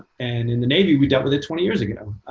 and in the navy, we dealt with it twenty years ago.